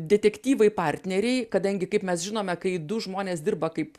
detektyvai partneriai kadangi kaip mes žinome kai du žmonės dirba kaip